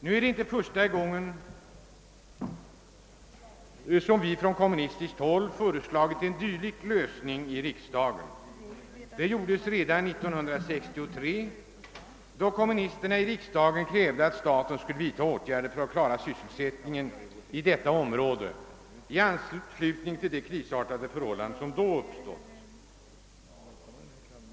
Nu: är det inte första gången vi på kommunistiskt håll i riksdagen har föreslagit en dylik lösning. Det skedde redan år 1963 då kommunisterna i riksdagen krävde att staten på grund av de krisartade förhållanden som då förelåg skulle vidta åtgärder för att klara sysselsättningen i detta område.